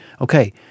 okay